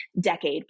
decade